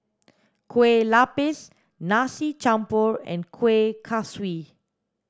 kueh lapis nasi campur and kueh kaswi